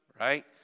right